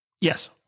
Yes